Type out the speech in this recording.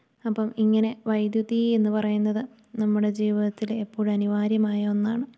അപ്പം ഇങ്ങനെ വൈദ്യുതി എന്ന് പറയുന്നത് നമ്മുടെ ജീവിതത്തില് എപ്പോഴും അനിവാര്യമായ ഒന്നാണ്